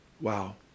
Wow